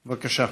בבקשה.